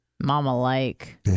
mama-like